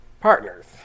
partners